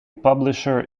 publisher